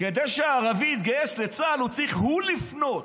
כדי שערבי יתגייס לצה"ל, הוא צריך הוא לפנות.